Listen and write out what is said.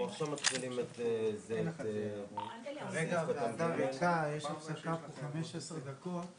אנחנו מדברים על מגוון רחב של אפשרויות שתמ"א 35 או